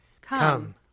Come